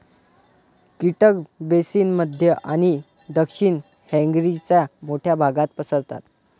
कीटक बेसिन मध्य आणि दक्षिण हंगेरीच्या मोठ्या भागात पसरतात